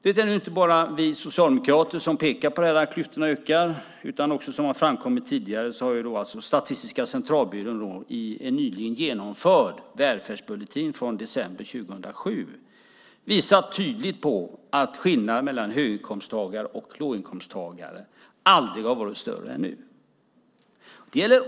Det är nu inte bara vi socialdemokrater som pekar på att klyftorna ökar, utan som har framkommit tidigare visade Statistiska centralbyrån i en välfärdsbulletin från december 2007 tydligt på att skillnaderna mellan höginkomsttagare och låginkomsttagare aldrig hade varit större.